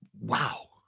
Wow